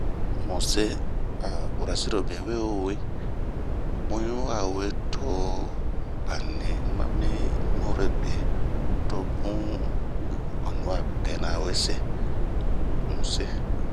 Mu see a urasiro be we wee, bun yi wa we too ba ni mami nurebe, to bun on'ni a be nɛma wese, mu see.